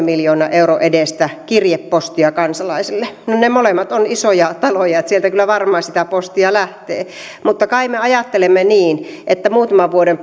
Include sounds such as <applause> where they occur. <unintelligible> miljoonan euron edestä kirjepostia kansalaisille ne molemmat ovat isoja taloja niin että sieltä kyllä varmaan sitä postia lähtee mutta kai me ajattelemme niin että muutaman vuoden <unintelligible>